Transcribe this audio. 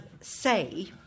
Say